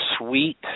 Sweet